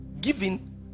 Giving